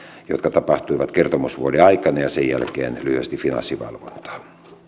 jotka tapahtuivat kertomusvuoden aikana ja sen jälkeen lyhyesti finanssivalvontaa